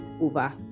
over